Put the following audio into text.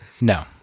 No